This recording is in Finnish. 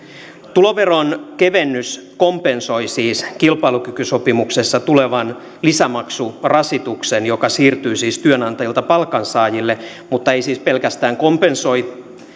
tuloveron kevennys kompensoi siis kilpailukykysopimuksessa tulevan lisämaksurasituksen joka siirtyy siis työnantajilta palkansaajille mutta ei siis pelkästään kompensoi